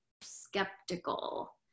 skeptical